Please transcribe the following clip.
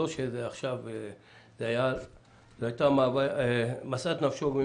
זאת הייתה משאת נפשו.